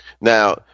Now